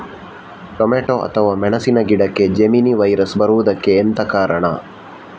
Tomato ಅಥವಾ ಮೆಣಸಿನ ಗಿಡಕ್ಕೆ ಜೆಮಿನಿ ವೈರಸ್ ಬರುವುದಕ್ಕೆ ಎಂತ ಕಾರಣ?